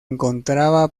encontraba